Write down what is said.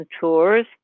tours